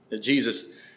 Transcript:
Jesus